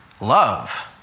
Love